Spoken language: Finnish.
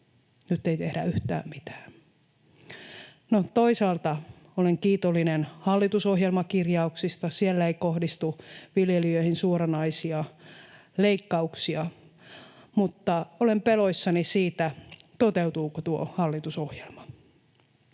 ei tehdä yhtään mitään. No, toisaalta olen kiitollinen hallitusohjelmakirjauksista. Siellä ei kohdistu viljelijöihin suoranaisia leikkauksia, mutta olen peloissani siitä, toteutuuko tuo hallitusohjelma.